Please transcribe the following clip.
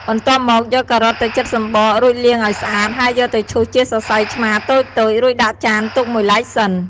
បន្ទាប់មក យកការ៉ុតទៅចិតសំបករួចលាងឱ្យស្អាត ហើយយកទៅឈូសជាសរសៃឆ្មាតូចៗ រួចដាក់ចានទុកមួយឡែកសិន។